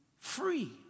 free